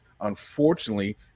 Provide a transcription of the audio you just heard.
Unfortunately